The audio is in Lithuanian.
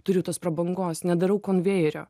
turiu tos prabangos nedarau konvejerio